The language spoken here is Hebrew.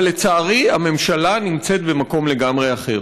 אבל לצערי, הממשלה נמצאת במקום לגמרי אחר.